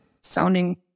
sounding